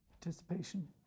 participation